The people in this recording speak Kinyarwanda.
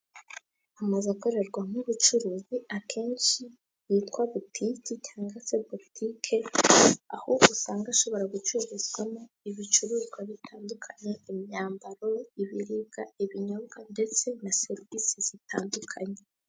Amazu akorerwa ubucuruzi akenshi yitwa Butiki cyangwa se Butike, aho usanga ashobora gucururizwamo ibicuruzwa bitandukanye imyambaro, ibiribwa, ibinyobwa ndetse na serivisi zitandukanye.